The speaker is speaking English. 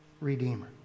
redeemer